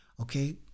Okay